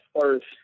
first